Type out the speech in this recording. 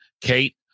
Kate